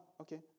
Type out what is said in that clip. okay